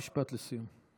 משפט לסיום.